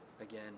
again